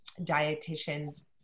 dietitian's